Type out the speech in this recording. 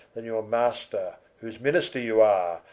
then your master, whose minister you are,